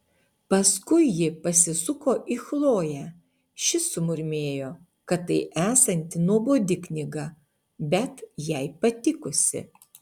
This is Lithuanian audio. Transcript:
paskui ji pasisuko į chloję ši sumurmėjo kad tai esanti nuobodi knyga bet jai patikusi